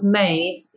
made